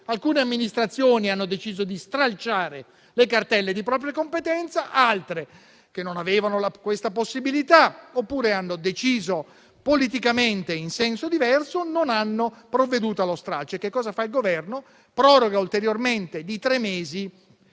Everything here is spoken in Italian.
Alcune amministrazioni hanno deciso di stralciare le cartelle di propria competenza e altre, che non avevano questa possibilità, oppure che hanno deciso politicamente in senso diverso, non hanno provveduto allo stralcio. Che cosa fa dunque il Governo? Proroga ulteriormente, di tre mesi,